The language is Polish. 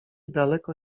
daleko